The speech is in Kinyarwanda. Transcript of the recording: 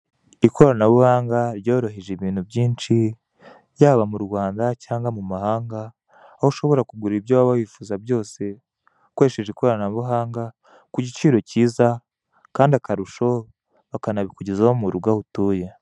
Ikoranabuhanga ryoroheje ibintu byinshi byaba mu Rwanda cyangwa mu mahanga, aho ushobora kugura ibyo waba wifuza byose ukoresheje ikoranabuhanga ku giciro kiza, kandi akarusho bakanabikugezaho mu rugo aho utuye.